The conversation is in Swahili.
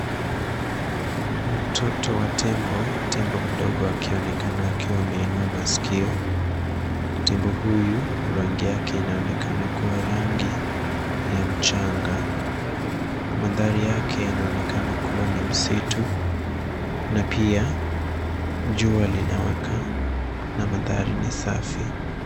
Mtoto wa tembo, tembo mdogo akionekana akiwa ameinua masikio. Tembo huyu rangi yake inaonekana kuwa rangi ya mchanga. Mandhari yake inaonekana kuwa ni msitu na pia jua linawaka na mandhari ni safi.